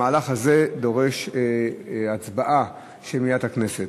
המהלך הזה דורש הצבעה של מליאת הכנסת.